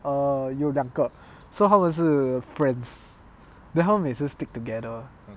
err 有两个 so 她们是 friends then 她们每次 stick together